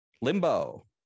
Limbo